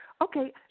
Okay